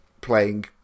playing